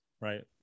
Right